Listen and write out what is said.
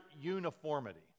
uniformity